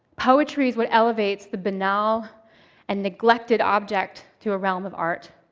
poetry is what elevates the banal and neglected object to a realm of art.